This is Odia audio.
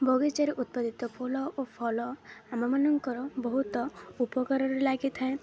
ବଗିଚାରେ ଉତ୍ପାଦିତ ଫୁଲ ଓ ଫଲ ଆମମାନଙ୍କର ବହୁତ ଉପକାରରେ ଲାଗିଥାଏ